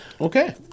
Okay